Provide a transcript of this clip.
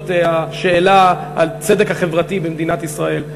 השאלה על הצדק החברתי במדינת ישראל.